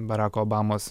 barako obamos